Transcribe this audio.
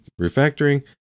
refactoring